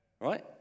right